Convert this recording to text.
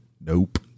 Nope